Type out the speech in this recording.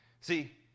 See